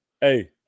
hey